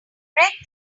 break